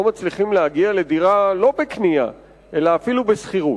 לא מצליחים להגיע לדירה לא רק בקנייה אלא אפילו בשכירות.